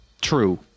true